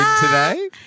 today